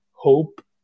hope